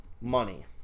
money